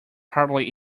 hardly